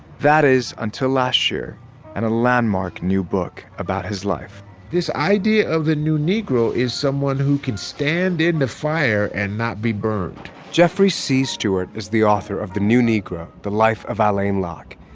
that is, until last year and a landmark new book about his life this idea of the new negro is someone who can stand in the fire and not be burned jeffrey c. stewart is the author of the new negro the life of ah alain locke.